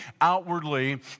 outwardly